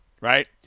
right